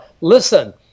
listen